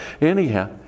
anyhow